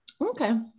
Okay